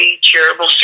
charitable